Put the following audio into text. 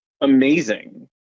amazing